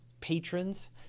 patrons